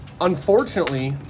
Unfortunately